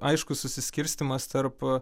aiškus susiskirstymas tarp